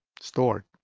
stored.